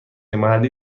محلی